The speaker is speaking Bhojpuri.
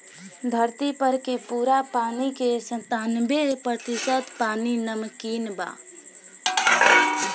धरती पर के पूरा पानी के सत्तानबे प्रतिशत पानी नमकीन बा